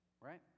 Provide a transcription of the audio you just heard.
right